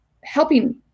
helping